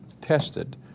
tested